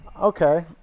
Okay